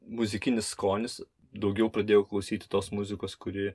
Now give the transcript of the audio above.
muzikinis skonis daugiau pradėjau klausyti tos muzikos kuri